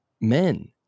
men